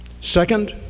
Second